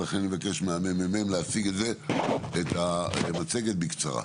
אני מבקש מהממ"מ להציג את המצגת בקצרה.